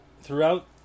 throughout